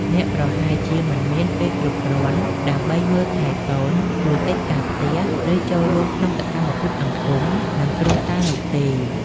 អ្នកប្រហែលជាមិនមានពេលគ្រប់គ្រាន់ដើម្បីមើលថែកូន ជួយកិច្ចការផ្ទះ ឬចូលរួមក្នុងសកម្មភាពសង្គម និងគ្រួសារនោះទេ។